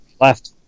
left